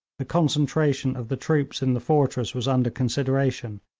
the concentration of the troops in the fortress was under consideration,